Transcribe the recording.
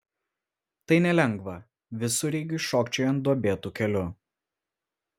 tai nelengva visureigiui šokčiojant duobėtu keliu